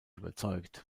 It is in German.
überzeugt